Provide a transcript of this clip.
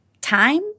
Time